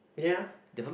ya